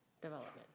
development